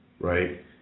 right